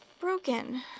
broken